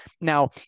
Now